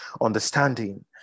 understanding